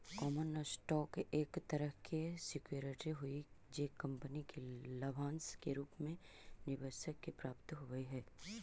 common stock एक तरह के सिक्योरिटी हई जे कंपनी के लाभांश के रूप में निवेशक के प्राप्त होवऽ हइ